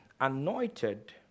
anointed